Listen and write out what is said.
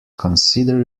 consider